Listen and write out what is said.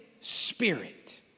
spirit